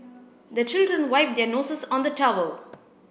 the children wipe their noses on the towel